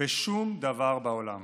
עוד בשום דבר בעולם".